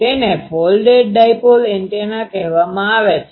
તેને folded dipole antenna કહેવામાં આવે છે